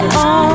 on